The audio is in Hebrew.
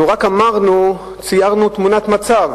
אנחנו רק ציירנו תמונת מצב,